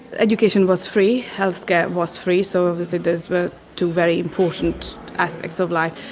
education was free, healthcare was free, so obviously those were two very important aspects of life,